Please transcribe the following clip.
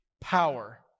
power